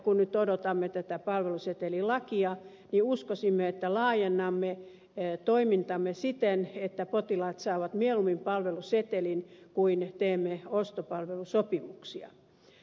kun nyt odotamme tätä palvelusetelilakia niin uskoisimme että laajennamme toimintaamme siten että potilaat saavat mieluummin palvelusetelin kuin että teemme ostopalvelusopimuksia